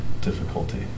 difficulty